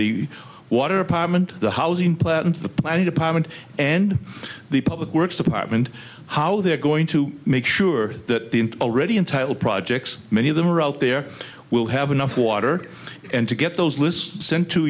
the water apartment the housing plan and the planning department and the public works department how they're going to make sure that the already entitle projects many of them are out there will have enough water and to get those lists sent to